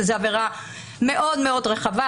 שזו עבירה מאוד-מאוד רחבה,